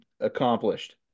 accomplished